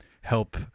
help